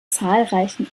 zahlreichen